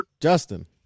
Justin